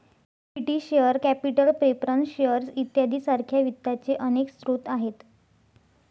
equity share capital preference shares इत्यादी सारख्या वित्ताचे अनेक स्रोत आहेत